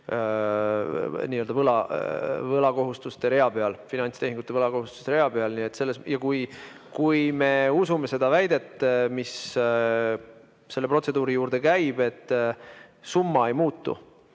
riigieelarves sees finantstehingute võlakohustuste rea peal. Ja kui me usume seda väidet, mis selle protseduuri juurde käib, et summa ei muutu,